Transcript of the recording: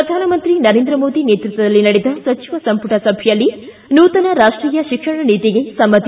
ಪ್ರಧಾನಮಂತ್ರಿ ನರೇಂದ್ರ ಮೋದಿ ನೇತೃತ್ವದಲ್ಲಿ ನಡೆದ ಸಚಿವ ಸಂಪುಟ ಸಭೆಯಲ್ಲಿ ನೂತನ ರಾಷ್ಟೀಯ ಶಿಕ್ಷಣ ನೀತಿಗೆ ಸಮ್ನತಿ